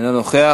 אינו נוכח.